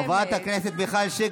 חברת הכנסת מיכל שיר,